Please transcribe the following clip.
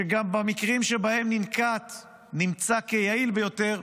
שגם במקרים שבהם הוא ננקט הוא נמצא כיעיל ביותר,